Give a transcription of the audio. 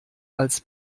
als